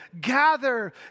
gather